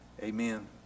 Amen